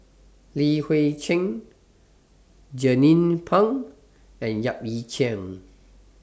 Li Hui Cheng Jernnine Pang and Yap Ee Chian